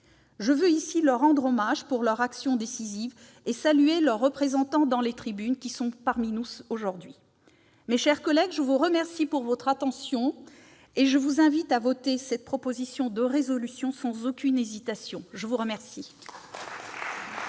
Je veux ici leur rendre hommage pour leur action décisive et saluer leurs représentants présents aujourd'hui dans les tribunes. Mes chers collègues, je vous remercie de votre attention et vous invite à voter cette proposition de résolution sans aucune hésitation. La parole